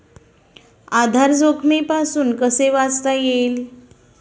आधार जोखमीपासून कसे वाचता येईल?